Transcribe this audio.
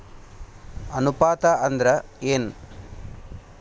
ಅನುಪಾತ ಅಂದ್ರ ಏನ್?